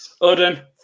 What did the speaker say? Odin